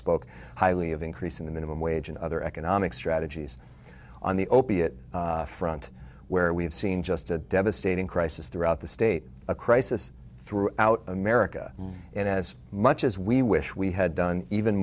spoke highly of increasing the minimum wage and other economic strategies on the opiate front where we have seen just a devastating crisis throughout the state a crisis throughout america and as much as we wish we had done even